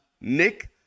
Nick